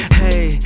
hey